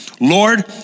Lord